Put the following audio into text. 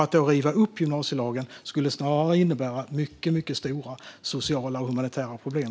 Att riva upp gymnasielagen skulle snarare innebära mycket stora sociala och humanitära problem.